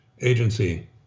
Agency